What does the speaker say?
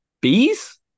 bees